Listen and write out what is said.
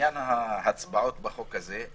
לעניין ההצבעות בחוק הזה,